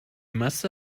masse